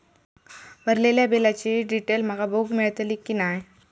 भरलेल्या बिलाची डिटेल माका बघूक मेलटली की नाय?